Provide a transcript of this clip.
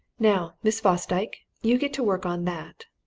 now, miss fosdyke, you get to work on that.